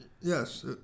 Yes